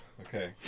Okay